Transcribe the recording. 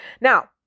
Now